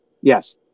Yes